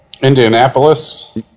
Indianapolis